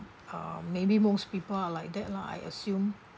uh maybe most people are like that lah I assume